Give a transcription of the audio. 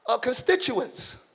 constituents